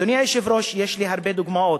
אדוני היושב-ראש, יש לי הרבה דוגמאות.